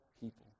people